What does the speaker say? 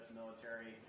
military